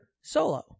Solo